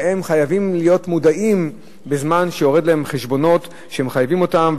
והם חייבים להיות מודעים לזמן שבו יורדים להם חשבונות שמחייבים אותם.